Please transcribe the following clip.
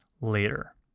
later